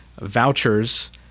Vouchers